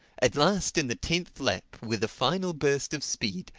at last in the tenth lap, with a final burst of speed,